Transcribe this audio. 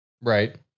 right